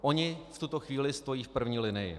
Oni v tuto chvíli stojí v první linii.